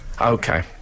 Okay